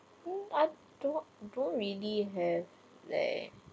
I don't do really have leh